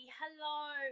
hello